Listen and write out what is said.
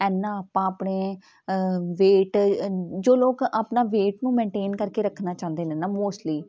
ਇੰਨਾਂ ਆਪਾਂ ਆਪਣੇ ਵੇਟ ਜੋ ਲੋਕ ਆਪਣਾ ਵੇਟ ਨੂੰ ਮੇਨਟੇਨ ਕਰਕੇ ਰੱਖਣਾ ਚਾਹੁੰਦੇ ਨੇ ਨਾ ਮੋਸਟਲੀ